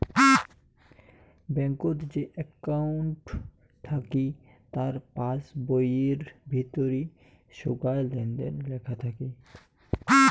ব্যাঙ্কত যে একউন্ট থাকি তার পাস বইয়ির ভিতরি সোগায় লেনদেন লেখা থাকি